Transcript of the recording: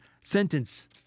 sentence